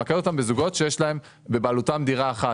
בזוגות שיש בבעלותם דירה אחת.